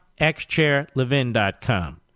xchairlevin.com